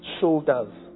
shoulders